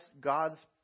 God's